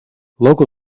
local